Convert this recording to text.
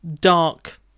dark